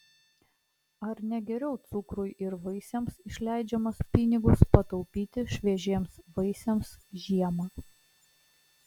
ar ne geriau cukrui ir vaisiams išleidžiamas pinigus pataupyti šviežiems vaisiams žiemą